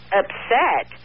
upset